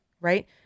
Right